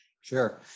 Sure